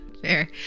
Fair